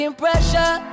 pressure